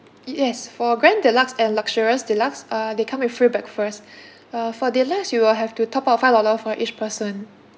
yes for grand deluxe and luxurious deluxe uh they come with free breakfast uh for deluxe you will have to top up five dollar for each person